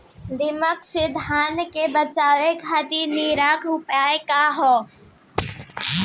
दिमक से धान के बचावे खातिर निवारक उपाय का ह?